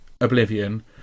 oblivion